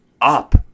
up